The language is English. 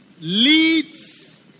leads